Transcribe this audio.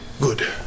Good